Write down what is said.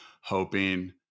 hoping